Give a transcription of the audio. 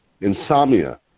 insomnia